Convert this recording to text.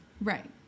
Right